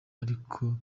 ariko